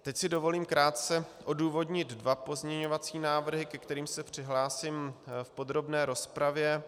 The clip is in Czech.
Teď si dovolím krátce odůvodnit dva pozměňovací návrhy, ke kterým se přihlásím v podrobné rozpravě.